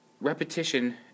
repetition